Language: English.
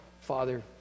Father